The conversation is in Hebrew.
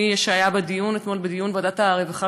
מי שהיה אתמול בדיון בוועדת הרווחה,